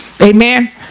Amen